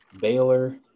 Baylor